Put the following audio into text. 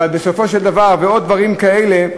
ועוד דברים כאלה,